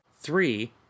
Three